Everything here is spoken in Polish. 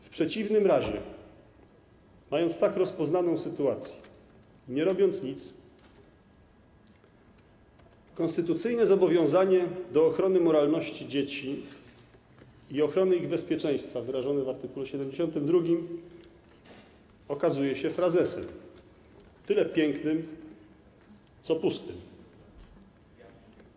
W przeciwnym razie, mając tak rozpoznaną sytuację, nie robiąc nic, konstytucyjne zobowiązanie do ochrony moralności dzieci i ochrony ich bezpieczeństwa wyrażone w art. 72 okazuje się frazesem - tyle pięknym, co pustym.